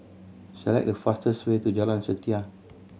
select the fastest way to Jalan Setia